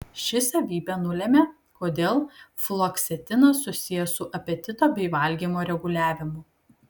ši savybė nulemia kodėl fluoksetinas susijęs su apetito bei valgymo reguliavimu